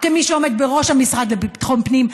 כמי שעומד בראש המשרד לביטחון פנים,